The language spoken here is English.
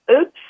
oops